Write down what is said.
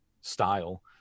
style